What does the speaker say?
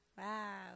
Wow